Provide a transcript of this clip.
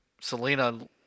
Selena